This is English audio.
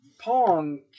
Pong